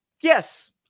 yes